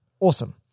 Awesome